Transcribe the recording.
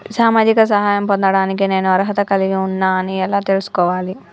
సామాజిక సహాయం పొందడానికి నేను అర్హత కలిగి ఉన్న అని ఎలా తెలుసుకోవాలి?